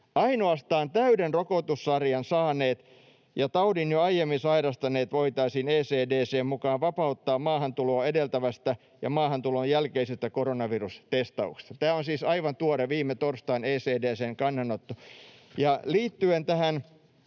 Ainoastaan täyden rokotussarjan saaneet ja taudin jo aiemmin sairastaneet voitaisiin ECDC:n mukaan vapauttaa maahantuloa edeltävästä ja maahantulon jälkeisestä koronavirustestauksesta.” Tämä on siis aivan tuore, viimetorstainen ECDC:n kannanotto. Liittyen tähän